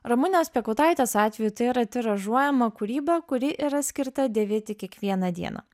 ramunės piekautaitės atveju tai yra tiražuojama kūryba kuri yra skirta dėvėti kiekvieną dieną